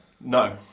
No